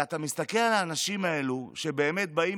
ואתה מסתכל על האנשים האלה שבאמת באים,